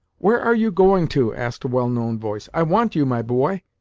where are you going to? asked a well-known voice. i want you, my boy.